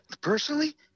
personally